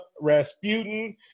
Rasputin